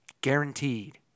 Guaranteed